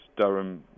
Durham